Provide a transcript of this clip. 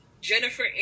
Jennifer